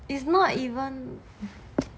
it's not even